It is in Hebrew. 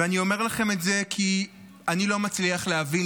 ואני אומר לכם את זה כי אני לא מצליח להבין.